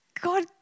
God